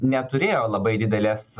neturėjo labai didelės